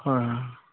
হয়